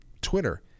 Twitter